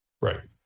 Right